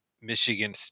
Michigan